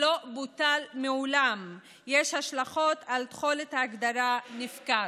לא בוטל מעולם יש השלכות על תחולת ההגדרה "נפקד",